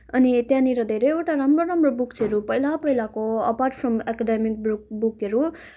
अनि त्यहाँनिर धेरैवटा राम्रो राम्रो बुक्सहरू पहिला पहिलाको अपार्ट फ्रम एकाडेमिक बुक बुकहरू